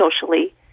socially